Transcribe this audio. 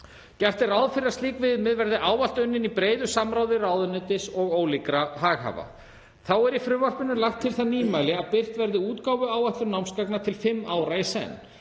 Gert er ráð fyrir að slík viðmið verði ávallt unnin í breiðu samráði ráðuneytis og ólíkra haghafa. Þá er í frumvarpinu lagt til það nýmæli að birt verði útgáfuáætlun námsgagna til fimm ára í senn.